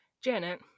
Janet